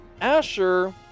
Asher